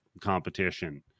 competition